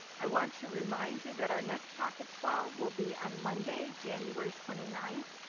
i want to remind you that our next talk at twelve will be on monday, january twenty nine.